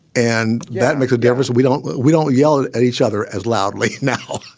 and that makes a difference. we don't we don't yell at at each other as loudly now,